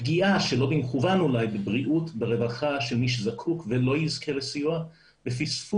פגיעה שלא במכוון אולי בבריאות וברווחה של מי שזקוק ולא יזכה לסיוע ופספוס